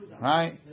right